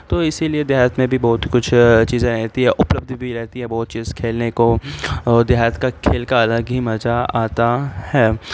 تو اسی لیے دیہات میں بھی بہت کچھ چیزیں رہتی ہیں اپلبدھ بھی رہتی ہے بہت چیز کھیلنے کو اور دیہات کا کھیل کا الگ ہی مزہ آتا ہے